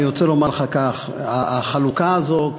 אני רוצה לומר לך כך: החלוקה הזאת,